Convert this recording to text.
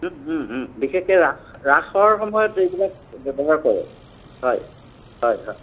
বিশেষকৈ ৰাস ৰাসৰ সময়ত এইবিলাক ব্যৱহাৰ কৰে হয় হয় হয়